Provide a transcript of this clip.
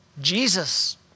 Jesus